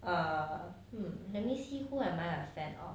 err hmm let me see who am I a fan of